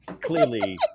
Clearly